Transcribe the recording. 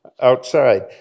outside